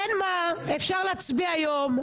אין מה --- אפשר להצביע היום,